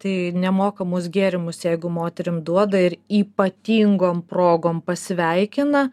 tai nemokamus gėrimus jeigu moterim duoda ir ypatingom progom pasveikina